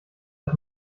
das